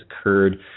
occurred